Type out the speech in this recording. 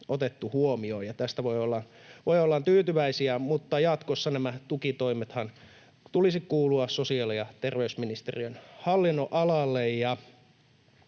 otettu huomioon. Tästä voidaan olla tyytyväisiä, mutta jatkossahan nämä tukitoimet tulisi kuulua sosiaali‑ ja terveysministeriön hallinnonalalle,